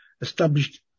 established